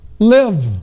Live